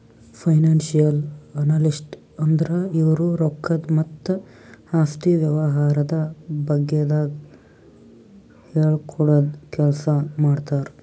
financial analyst ಅಂದ್ರ ಇವ್ರು ರೊಕ್ಕದ್ ಮತ್ತ್ ಆಸ್ತಿ ವ್ಯವಹಾರದ ಬಗ್ಗೆದಾಗ್ ಹೇಳ್ಕೊಡದ್ ಕೆಲ್ಸ್ ಮಾಡ್ತರ್